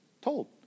told